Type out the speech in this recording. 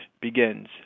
begins